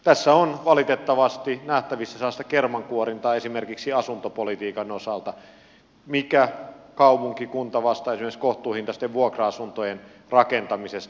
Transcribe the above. tässä on valitettavasti nähtävissä sellaista kermankuorintaa esimerkiksi asuntopolitiikan osalta mikä kaupunki kunta vastaa esimerkiksi kohtuuhintaisten vuokra asuntojen rakentamisesta